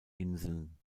inseln